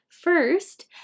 First